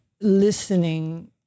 listening